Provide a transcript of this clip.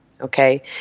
Okay